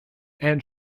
and